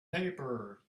paper